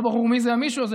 שלא ברור מי זה המישהו הזה,